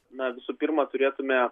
na visų pirma turėtume